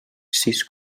sis